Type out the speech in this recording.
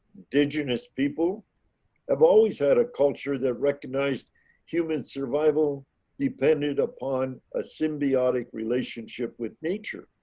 did you notice people have always had a culture that recognized human survival depended upon a symbiotic relationship with nature.